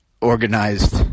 organized